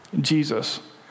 Jesus